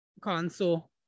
console